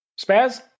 Spaz